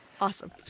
Awesome